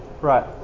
Right